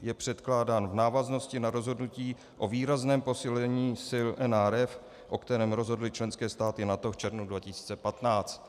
Je předkládán v návaznosti na rozhodnutí o výrazném posílení sil NRF, o kterém rozhodly členské státy NATO v červnu 2015.